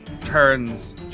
turns